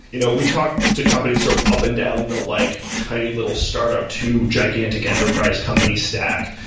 you know we talk to companies sort of up and down the like tiny little startup to gigantic enterprise company stack,